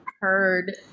heard